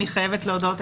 אני חייבת להודות,